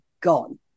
gone